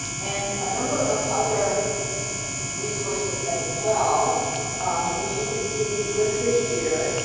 and a number of other resources as well which you can see listed here,